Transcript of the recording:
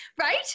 right